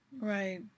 Right